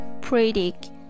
predict